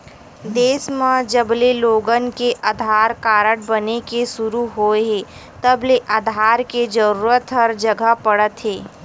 देस म जबले लोगन के आधार कारड बने के सुरू होए हे तब ले आधार के जरूरत हर जघा पड़त हे